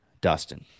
Dustin